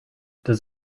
does